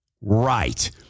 Right